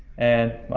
and